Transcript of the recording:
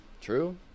true